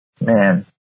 Man